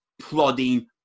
plodding